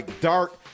dark